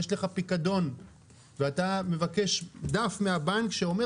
יש לך פיקדון ואתה מבקש דף מהבנק שאומר